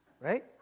right